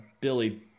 Billy